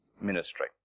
ministry